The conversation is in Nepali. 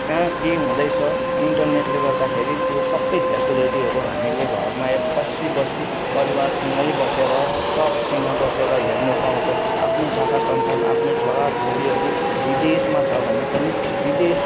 कहाँ के हुँदैछ इन्टरनेटले गर्दाखेरि त्यो सबै फेसिलेटीहरू हामीले घरमा बसी बसी परिवारसँगै बसेर सबसँग बसेर हेर्न पाउँछौँ आफ्नो शाखा सन्तान आफ्नो छोरा छोरीहरू विदेशमा छ भने पनि विदेशको